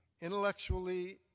Intellectually